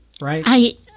right